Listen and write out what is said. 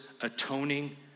atoning